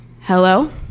Hello